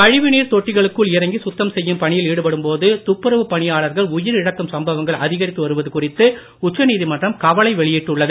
கழிவுநீர் தொட்டிகளுக்குள் இறங்கி சுத்தம் செய்யும் பணியில் ஈடுபடும் போது துப்புரவு பணியாளர்கள் உயிரிழக்கும் சம்பவங்கள் அதிகரித்து வருவது குறித்து உச்சநீதிமன்றம் கவலை வெளியிட்டுள்ளது